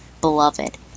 Beloved